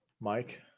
Mike